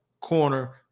corner